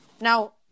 Now